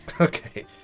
Okay